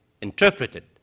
interpreted